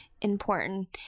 important